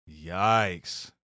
Yikes